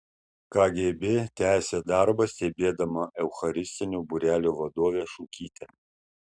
kgb tęsė darbą stebėdama eucharistinio būrelio vadovę šukytę